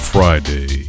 Friday